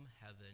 heaven